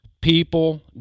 People